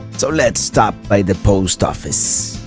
so let's stop by the post office.